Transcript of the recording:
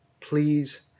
Please